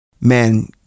man